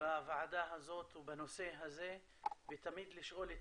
בוועדה הזאת ובנושא הזה ותמיד לשאול את